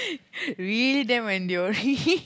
really damn enduring